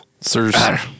sir